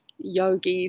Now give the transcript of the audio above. Yogis